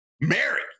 married